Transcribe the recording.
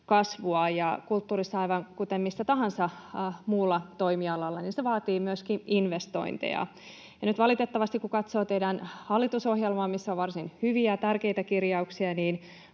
kasvua. Ja kulttuurissa, aivan kuten millä tahansa muulla toimialalla, se vaatii myöskin investointeja. Nyt valitettavasti, kun katsoo teidän hallitusohjelmaanne, missä on varsin hyviä ja tärkeitä kirjauksia,